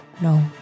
No